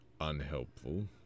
Unhelpful